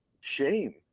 shame